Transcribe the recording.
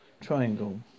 Triangle